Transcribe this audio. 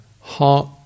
heart